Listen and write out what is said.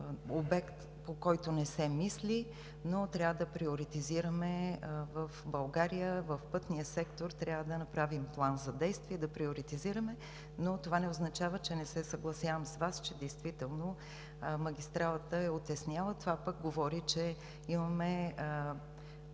обект, по който не се мисли, но трябва да приоритизираме в България – в пътния сектор трябва да направим план за действие и да приоритизираме. Това обаче не означава, че не се съгласявам с Вас, че действително магистралата е отесняла. Това пък говори, че имаме